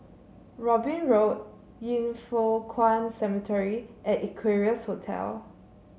Robin Road Yin Foh Kuan Cemetery and Equarius Hotel